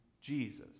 Jesus